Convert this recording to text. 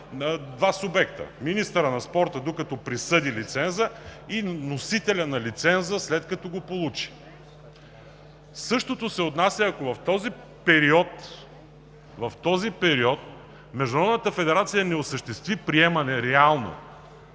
два субекта – министърът на спорта, докато присъди лиценза, и носителят на лиценза, след като го получи. Същото се отнася и ако в този период Международната федерация не осъществи реално